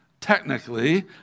technically